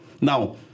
Now